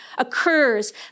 occurs